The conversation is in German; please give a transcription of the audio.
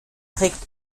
trägt